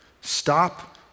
Stop